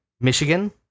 Michigan